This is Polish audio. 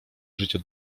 życie